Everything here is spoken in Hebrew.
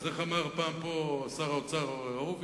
אז איך אמר פעם פה שר האוצר הורביץ?